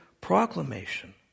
proclamation